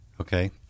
Okay